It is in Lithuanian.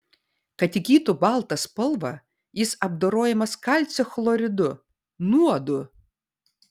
kad įgytų baltą spalvą jis apdorojamas kalcio chloridu nuodu